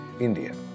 India